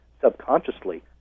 subconsciously